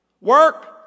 work